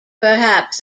perhaps